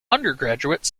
undergraduate